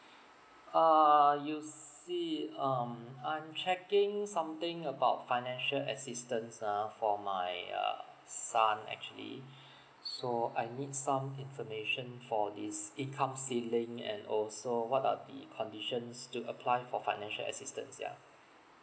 uh you see um I'm checking something about financial assistance ah for my uh son actually so I need some information for this income ceiling and also what are the conditions to apply for financial assistance yeah